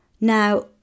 Now